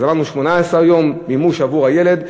18 יום מימוש עבור הילד,